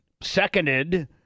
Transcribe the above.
seconded